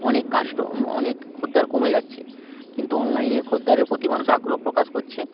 অনেক কাস্টো অনেক খরিদদার কমে যাচ্ছে কিন্তু অনলাইনের খরিদ্দারির প্রতি মানুষ আগ্রহ প্রকাশ করছে